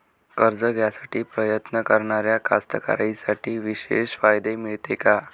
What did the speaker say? कर्ज घ्यासाठी प्रयत्न करणाऱ्या कास्तकाराइसाठी विशेष फायदे मिळते का?